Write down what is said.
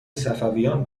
صفویان